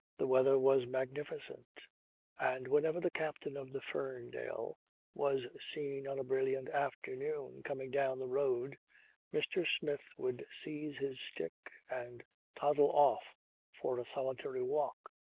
the weather was magnificent and whenever the captain of the ferndale was seen on a brilliant afternoon coming down the road mr. smith would seize his stick and toddle off for a solitary walk.